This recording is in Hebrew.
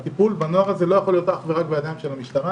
הטיפול בנוער הזה לא יכול להיות אך ורק בידיים של המשטרה,